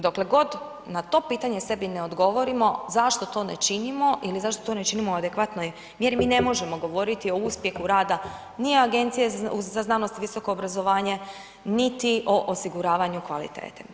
Dokle god, na to pitanje to sebi ne odgovorimo, zašto to ne činimo ili zašto to ne činimo u adekvatnoj mjeri, mi ne možemo govoriti o uspjehu rada ni Agencije za znanost i visoko obrazovanje, niti o osiguravanju kvalitete.